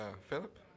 Philip